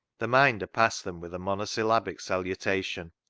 the minder passed them with a mono syllabic salutation,